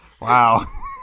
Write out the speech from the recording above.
Wow